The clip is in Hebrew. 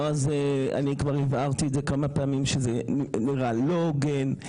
ואני כבר הבהרתי את זה כמה פעמים שהדבר הזה נראה לא הוגן,